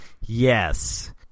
Yes